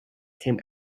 came